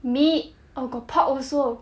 meat orh got pork also